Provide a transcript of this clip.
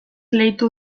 leitu